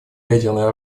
ядерное